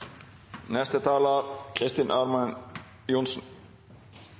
neste taler, representanten Ørmen Johnsen